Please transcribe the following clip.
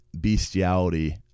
bestiality